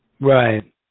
Right